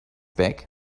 back